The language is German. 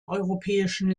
europäischen